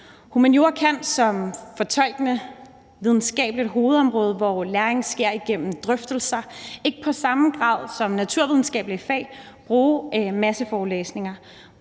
Humaniora kan som fortolkende videnskabeligt hovedområde, hvor læring sker igennem drøftelser, ikke i samme grad som naturvidenskabelige fag bruge masseforelæsninger,